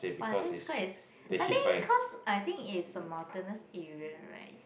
!wah! that's quite is I think because I think it's a mountainous area right